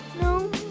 No